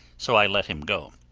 so i let him go.